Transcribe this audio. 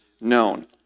known